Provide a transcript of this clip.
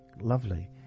lovely